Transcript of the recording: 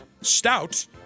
Stout